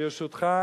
ברשותך,